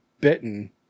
bitten